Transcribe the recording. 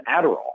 Adderall